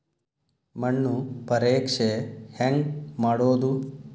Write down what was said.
ಮಣ್ಣು ಪರೇಕ್ಷೆ ಹೆಂಗ್ ಮಾಡೋದು?